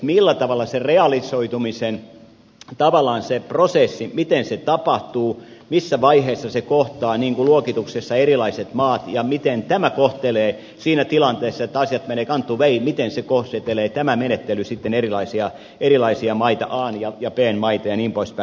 millä tavalla se realisoitumisen prosessi tapahtuu missä vaiheessa se kohtaa luokituksessa erilaiset maat ja miten tämä menettely siinä tilanteessa että asiat menevät kanttuvei kohtelee sitten erilaisia maita an ja bn maita jnp